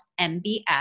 MBF